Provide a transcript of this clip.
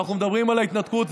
ואנחנו מדברים על ההתנתקות,